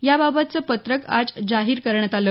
याबाबतचं पत्रक आज जाहीर करण्यात आलं